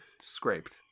scraped